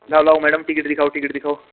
लाओ लाओ madam ticket दिखाओ टिकट दिखाओ